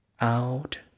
Out